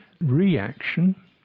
reaction